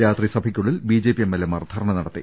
രാത്രി സഭക്കുള്ളിൽ ബിജെപി എംഎൽഎമാർ ധർണ നടത്തി